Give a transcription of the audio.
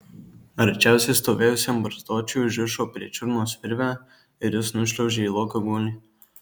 arčiausiai stovėjusiam barzdočiui užrišo prie čiurnos virvę ir jis nušliaužė į lokio guolį